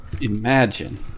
Imagine